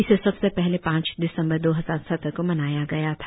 इसे सबसे पहले पांच दिसंबर दो हजार सत्रह को मनाया गया था